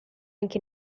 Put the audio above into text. anche